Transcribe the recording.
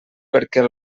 perquè